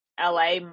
LA